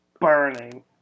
burning